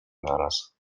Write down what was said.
naraz